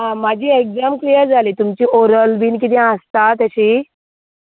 आं म्हाजी exam clear जाली तुमची ऑवरल बीन कितें आसता तशी